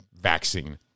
vaccine